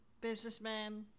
businessman